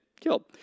Killed